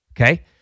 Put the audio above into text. Okay